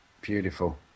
Beautiful